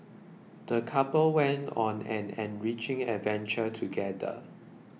the couple went on an enriching adventure together